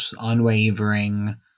unwavering